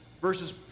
versus